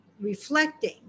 reflecting